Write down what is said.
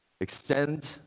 extend